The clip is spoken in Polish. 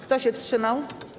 Kto się wstrzymał?